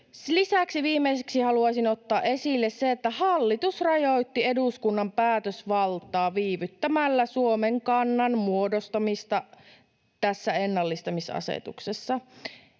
Lisäksi viimeiseksi haluaisin ottaa esille sen, että hallitus rajoitti eduskunnan päätösvaltaa viivyttämällä Suomen kannan muodostamista tästä ennallistamisasetuksesta,